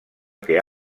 que